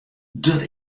dat